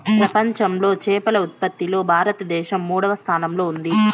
ప్రపంచంలో చేపల ఉత్పత్తిలో భారతదేశం మూడవ స్థానంలో ఉంది